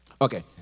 okay